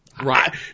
Right